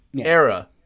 era